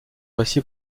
récit